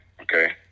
okay